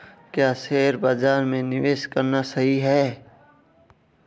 क्या शेयर बाज़ार में निवेश करना सही है?